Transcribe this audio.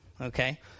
Okay